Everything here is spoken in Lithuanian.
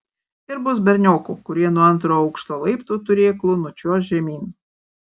ir bus berniokų kurie nuo antro aukšto laiptų turėklų nučiuoš žemyn